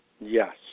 Yes